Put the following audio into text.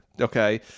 okay